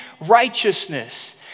righteousness